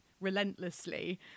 relentlessly